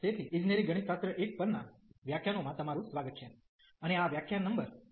તેથી ઇજનેરી ગણિતશાસ્ત્ર 1 પરના વ્યાખ્યાનોમાં તમારું સ્વાગત છે અને આ વ્યાખ્યાન નંબર 23 છે